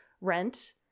rent